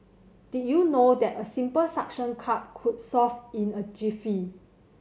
did you know that a simple suction cup could solve it in a jiffy